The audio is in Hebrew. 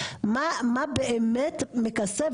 מה באמת מכסה?